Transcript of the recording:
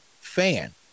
fan